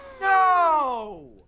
No